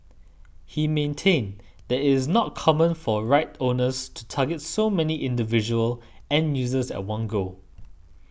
he maintained that it is not common for rights owners to target so many individual end users at one go